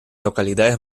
localidades